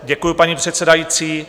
Děkuji, paní předsedající.